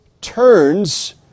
turns